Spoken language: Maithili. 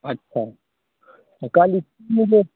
अच्छा तऽ कहली की जे